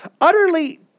utterly